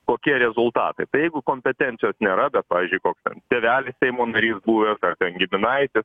kokie rezultatai tai jeigu kompetencijos nėra bet pavyzdžiui koks ten tėvelis seimo narys buvęs ar ten giminaitis